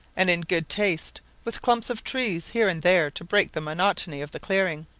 and in good taste, with clumps of trees here and there to break the monotony of the clearing.